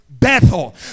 Bethel